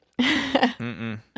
Mm-mm